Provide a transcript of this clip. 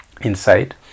inside